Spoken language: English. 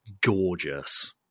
gorgeous